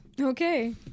Okay